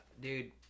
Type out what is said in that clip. Dude